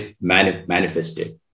manifested